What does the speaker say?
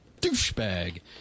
douchebag